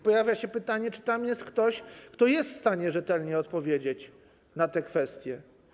Pojawia się pytanie, czy tam jest ktoś, kto jest w stanie rzetelnie odpowiedzieć na te kwestie.